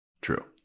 True